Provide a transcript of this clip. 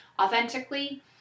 authentically